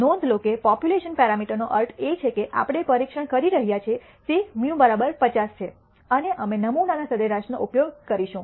નોંધ લો કે પોપ્યુલેશન પેરામીટરનો અર્થ એ છે કે આપણે પરીક્ષણ કરી રહ્યા છીએ તે μ 50 છે અને અમે નમૂનાના સરેરાશનો ઉપયોગ કરીશું